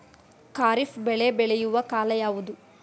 ಖಾರಿಫ್ ಬೆಳೆ ಬೆಳೆಯುವ ಕಾಲ ಯಾವುದು?